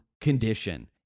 condition